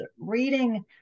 reading